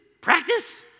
Practice